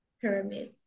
pyramid